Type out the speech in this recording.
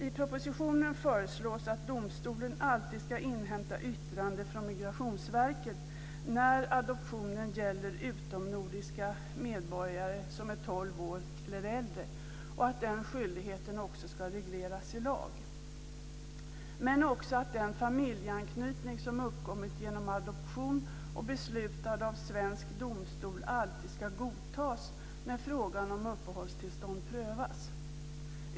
I propositionen föreslås att domstolen alltid ska inhämta yttrande från Migrationsverket när adoptionen gäller utomnordiska medborgare som är 12 år eller äldre och att den skyldigheten också ska regleras i lag, men också att den familjeanknytning som uppkommit genom adoption och beslutats av svensk domstol alltid ska godtas när frågan om uppehållstillstånd prövas.